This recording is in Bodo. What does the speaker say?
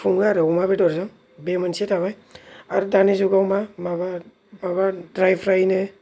सङो आरो अमा बेदर जों बे मोनसे थाबाय आर दानि जुगाव मा माबा माबा द्राय फ्रायनो